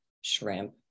shrimp